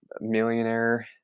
Millionaire